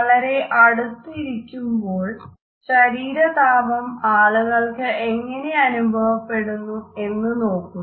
വളരെ അടുത്ത് ഇരിക്കുമ്പോൾ ശരീര താപം ആളുകൾക്ക് എങ്ങനെ അനുഭവപ്പെടുന്നു എന്ന് നോക്കുന്നു